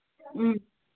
ꯎꯝ